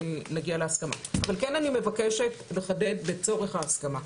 אני כן מבקשת לחדד לצורך ההסכמה.